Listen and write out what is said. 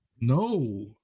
No